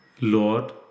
Lord